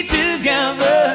together